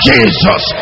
Jesus